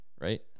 right